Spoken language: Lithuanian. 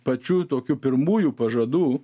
pačių tokių pirmųjų pažadų